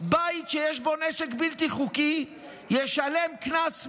בית שיש בו נשק בלתי חוקי ישלם קנס,